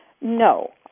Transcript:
No